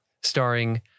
starring